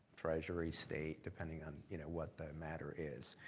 treasury, state, depending on you know what the matter is,